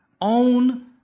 own